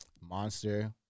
Monster